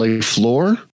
floor